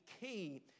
key